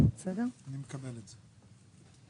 הוחלט לקבוע שהמנכ"ל יהיה חבר